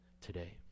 today